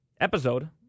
episode